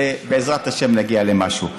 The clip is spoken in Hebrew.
ובעזרת השם נגיע למשהו.